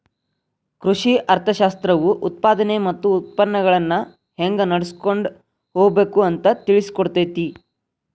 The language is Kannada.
ಕೃಷಿ ಅರ್ಥಶಾಸ್ತ್ರವು ಉತ್ಪಾದನೆ ಮತ್ತ ಉತ್ಪನ್ನಗಳನ್ನಾ ಹೆಂಗ ನಡ್ಸಕೊಂಡ ಹೋಗಬೇಕು ಅಂತಾ ತಿಳ್ಸಿಕೊಡತೈತಿ